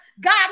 God